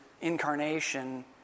incarnation